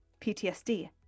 PTSD